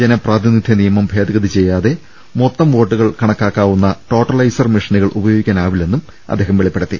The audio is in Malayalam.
ജനപ്രാതിനിധ്യ നിയമം ഭേദഗതി ചെയ്യാതെ മൊത്തം വോട്ടുകൾ കണക്കാക്കുന്ന ടോട്ടലൈസർ മെഷി നുകൾ ഉപയോഗിക്കാനാവില്ലെന്നും അദ്ദേഹം വെളിപ്പെ ടുത്തി